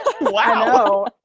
wow